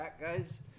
guys